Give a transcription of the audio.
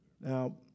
Now